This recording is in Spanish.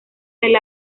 del